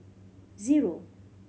zero